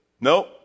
No